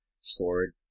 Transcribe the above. scored